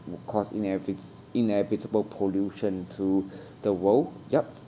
would cause inevit~ inevitable pollution to the world yup